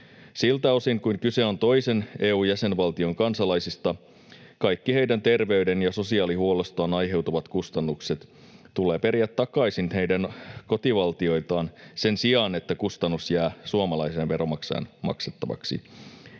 Siltä osin kuin kyse on toisen EU-jäsenvaltion kansalaisista, kaikki heidän terveyden‑ ja sosiaalihuollostaan aiheutuvat kustannukset tulee periä takaisin heidän kotivaltioiltaan sen sijaan, että kustannus jää suomalaisen veronmaksajan maksettavaksi.